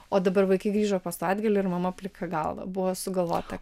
o dabar vaikai grįžo po savaitgalio ir mama plika galva buvo sugalvota